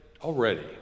already